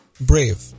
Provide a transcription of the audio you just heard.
Brave